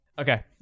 okay